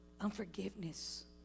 Unforgiveness